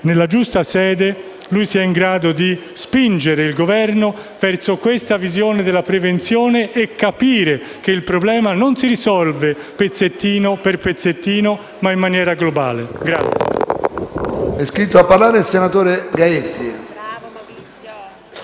nella giusta sede egli sia in grado di spingere il Governo verso questa visione della prevenzione e di far capire che il problema non si risolve pezzettino per pezzettino, ma in maniera globale.